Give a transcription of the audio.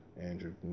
Andrew